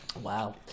wow